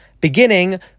Beginning